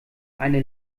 eine